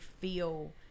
feel